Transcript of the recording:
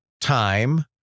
time